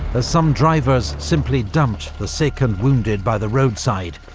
as some drivers simply dumped the sick and wounded by the roadside,